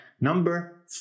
number